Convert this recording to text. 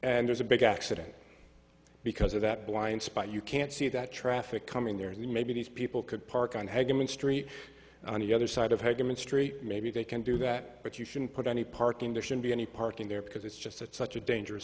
and there's a big accident because of that blind spot you can't see that traffic coming there and maybe these people could park on hagman street on the other side of human street maybe they can do that but you shouldn't put any parking there should be any parking there because it's just it's such a dangerous